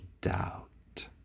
doubt